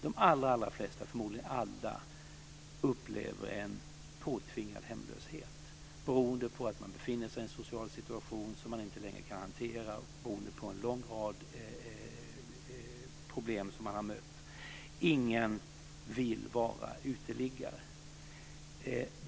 De allra flesta, och förmodligen alla, upplever en påtvingad hemlöshet beroende på att de befinner sig i en social situation som de inte längre kan hantera på grund av en lång rad problem som de har mött. Ingen vill vara uteliggare.